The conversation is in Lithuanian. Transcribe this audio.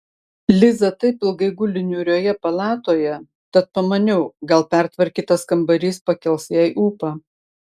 liza taip ilgai guli niūrioje palatoje tad pamaniau gal pertvarkytas kambarys pakels jai ūpą